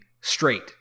straight